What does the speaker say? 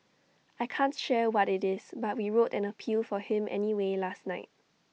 I can't share what IT is but we wrote an appeal for him anyway last night